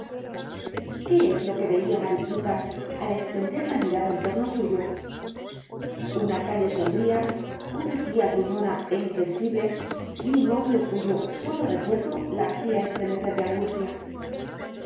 qué es lo que veía mariquita al extender la mirada en torno suyo una calle sombría una tía gruñona é inflexible y un novio cuyo solo recuerdo la hacía estremecer de angustia